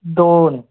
दोन